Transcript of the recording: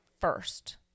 first